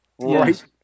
right